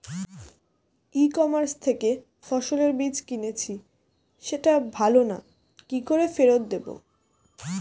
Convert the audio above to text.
ই commerce থেকে ফসলের বীজ কিনেছি সেটা ভালো না কি করে ফেরত দেব?